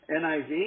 niv